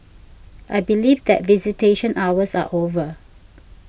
I believe that visitation hours are over